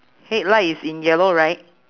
headlight is in yellow right